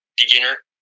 beginner